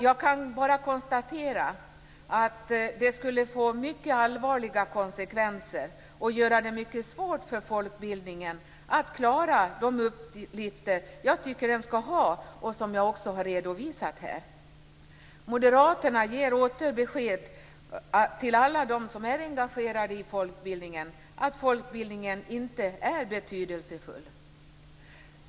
Jag kan bara konstatera att det skulle få mycket allvarliga konsekvenser och göra det mycket svårt för folkbildningen att klara de uppgifter som jag tycker att den skall ha och som jag också har redovisat här. Moderaterna ger åter besked till alla dem som är engagerade i folkbildningen att folkbildningen inte är betydelsefull.